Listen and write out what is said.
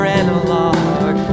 analog